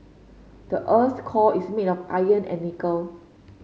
the earth's core is made of iron and nickel